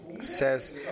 says